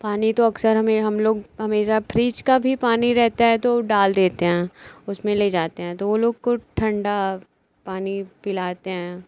पानी तो अक्सर हमें हम लोग हमेशा फ्रिज का भी पानी रहता है तो डाल देते हैं उसमें ले जाते हैं तो वे लोग को ठंडा पानी पिलाते हैं